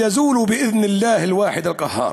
יחלוף ברשות אלוהים האחד והמכניע תחתיו,